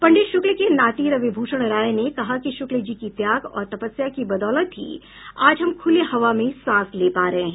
पंडित शुक्ल के नाती रविभूषण राय ने कहा कि शुक्ल जी की त्याग और तपस्या की बदौलत ही आज हम खुली हवा में सांस ले पा रहे हैं